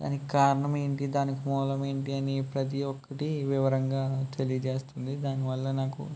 దానికి కారణం ఏంటి దానికి మూలమేంటి అని ప్రతి ఒక్కటి వివరంగా తెలియజేస్తుంది దాని వల్ల నాకు